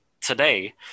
today